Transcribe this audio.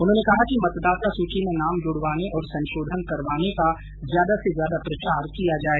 उन्होंने कहा कि मतदाता सूची में नाम जुड़वाने और संशोधन करवाने का ज्यादा से ज्यादा प्रचार किया जाए